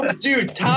Dude